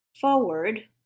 forward